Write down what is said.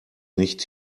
nicht